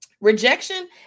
rejection